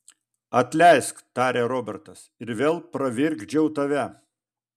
atleisk tarė robertas ir vėl pravirkdžiau tave